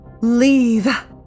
Leave